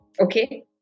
Okay